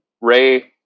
Ray